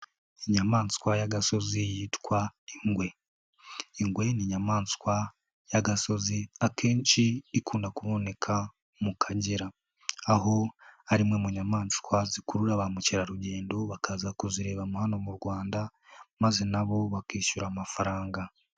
Inyamaswa y'agasozi yitwa ingwe. Ingwe ni inyamaswa y'agasozi akenshi ikunda kuboneka mu Kagera. Aho ari imwe mu nyamaswa zikurura ba mukerarugendo bakaza kuzireba hano mu Rwanda maze na bo bakishyura amafaranga.